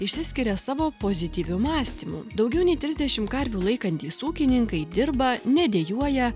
išsiskiria savo pozityviu mąstymu daugiau nei trisdešim karvių laikantys ūkininkai dirba nedejuoja